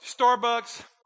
Starbucks